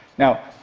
now,